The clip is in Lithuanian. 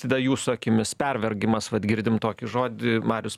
tada jūsų akimis pervargimas vat girdim tokį žodį marius